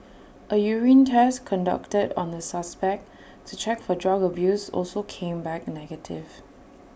A urine test conducted on the suspect to check for drug abuse also came back negative